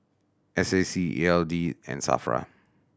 S A C E L D and SAFRA